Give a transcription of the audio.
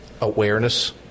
awareness